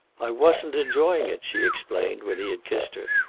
i wasn't enjoying it, she explained, when he had kissed her.